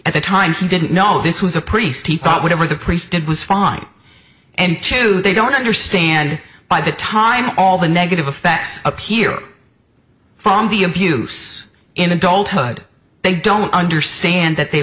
at the time he didn't know this was a priest he thought whatever the priest did was fine and two they don't understand by the time all the negative effects appear from the abuse in adulthood they don't understand that they